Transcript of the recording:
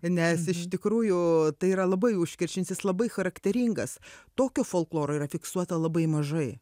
nes iš tikrųjų tai yra labai užkrečiantis labai charakteringas tokio folkloro yra fiksuota labai mažai